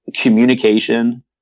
communication